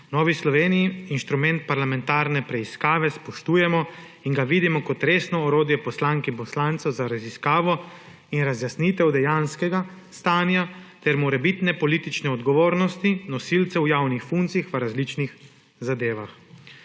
V Novi Sloveniji inštrument parlamentarne preiskave spoštujemo in ga vidimo kot resno orodje poslank in poslancev za raziskavo in razjasnitev dejanskega stanja ter morebitne politične odgovornosti nosilcev javnih funkcij v različnih zadevah.